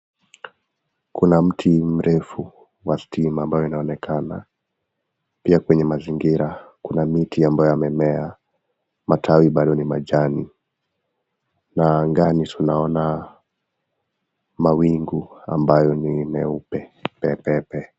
Kuna mti mrefu wa stima ambayo inaonekana, pia kwenye mazingira, kuna miti ambayo yamemea, matawi bado ni majani, na angani tunaona mawingu ambayo ni meupe pepepe.